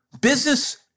Business